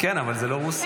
כן, אבל זה לא רוסיה.